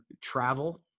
travel